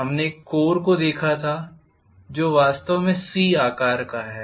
हमने एक कोर को देखा था जो वास्तव में "C" आकार का है